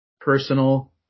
personal